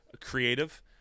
creative